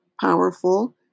powerful